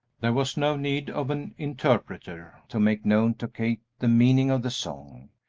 there was no need of an interpreter to make known to kate the meaning of the song.